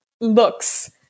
looks